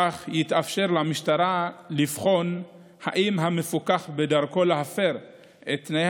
כך יתאפשר למשטרה לבחון אם המפוקח בדרכו להפר את תנאי